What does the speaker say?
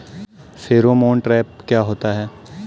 Pheromone trap क्या होता है?